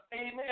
amen